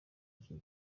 iki